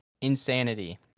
insanity